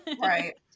right